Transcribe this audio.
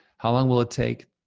how long will it take?